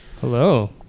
hello